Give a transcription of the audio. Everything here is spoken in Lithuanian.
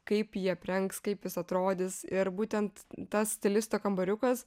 kaip jį aprengs kaip jis atrodys ir būtent tas stilisto kambariukas